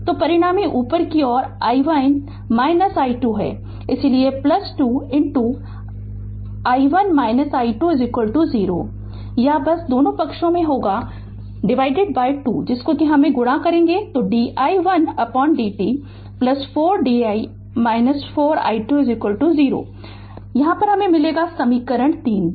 तो परिणामी ऊपर की ओर i1 i2 है इसलिए 2 i1 i2 0 या बस दोनों पक्षों 2 को गुणा करें तो di1 dt 4 i1 4 i2 0 मिलेगा यह समीकरण 3 दिया गया है